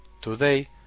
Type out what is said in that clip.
Today